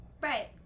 Right